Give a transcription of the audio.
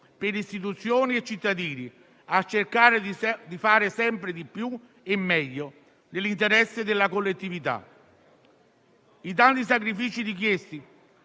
per istituzioni e cittadini, a cercare di fare sempre di più e meglio, nell'interesse della collettività. I tanti sacrifici richiesti,